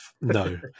No